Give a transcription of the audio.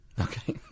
Okay